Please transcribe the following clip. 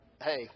hey